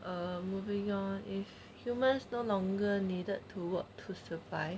err moving on if humans no longer needed to work to survive